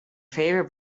favorite